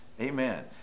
Amen